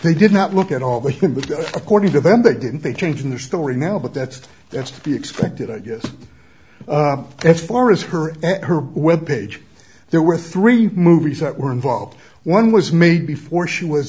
they did not look at all but according to them they didn't they changed their story now but that's that's to be expected i guess that's far as her at her but web page there were three movies that were involved one was made before she w